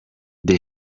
the